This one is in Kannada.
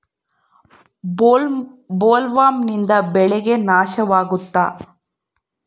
ಬೊಲ್ವರ್ಮ್ನಿಂದ ಬೆಳೆಗೆ ನಷ್ಟವಾಗುತ್ತ?